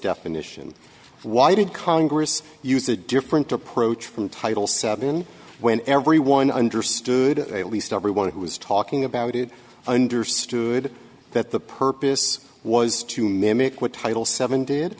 definition why did congress use a different approach from title seven when everyone understood at least everyone who was talking about it understood that the purpose was to mimic what title seven did